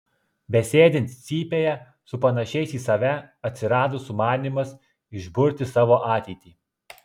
besėdint cypėje su panašiais į save atsirado sumanymas išburti savo ateitį